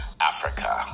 africa